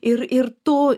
ir ir tu